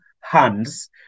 hands